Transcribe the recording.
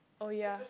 oh ya